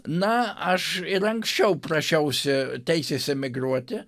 na aš ir anksčiau prašiausi teisės emigruoti